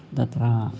तत्र